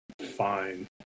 fine